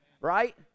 right